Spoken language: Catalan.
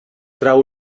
trau